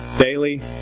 daily